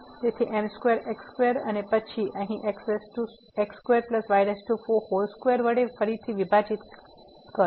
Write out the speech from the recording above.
તેથી m2x2 અને પછી અહીં x2 y4 હોલ સ્ક્વેર વડે ફરીથી વિભાજિત કરો